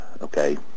okay